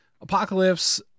apocalypse